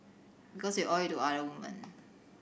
because you owe it to other women